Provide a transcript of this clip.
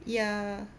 ya